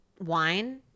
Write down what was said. wine